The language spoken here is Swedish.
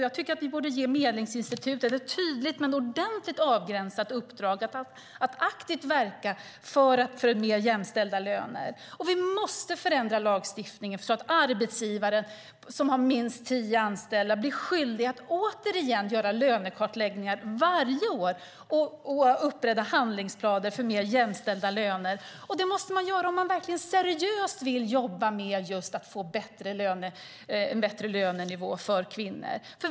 Jag tycker att vi borde ge Medlingsinstitutet ett tydligt men ordentligt avgränsat uppdrag att aktivt verka för mer jämställda löner. Vi måste förändra lagstiftningen så att arbetsgivare som har minst tio anställda blir skyldiga att återigen göra lönekartläggningar varje år och upprätta handlingsplaner för mer jämställda löner. Det måste man göra om man verkligen seriöst vill jobba med att få en bättre lönenivå för kvinnor.